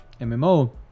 MMO